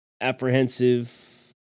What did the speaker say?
apprehensive